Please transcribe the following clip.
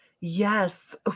Yes